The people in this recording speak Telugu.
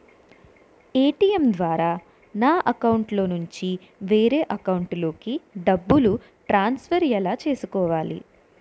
ఏ.టీ.ఎం ద్వారా నా అకౌంట్లోనుంచి వేరే అకౌంట్ కి డబ్బులు ట్రాన్సఫర్ ఎలా చేసుకోవాలి?